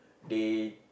they